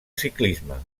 ciclisme